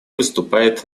выступает